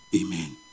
Amen